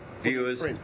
viewers